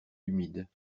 humides